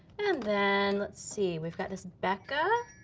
and then let's see. we've got this becca,